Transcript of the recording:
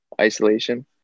isolation